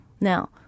Now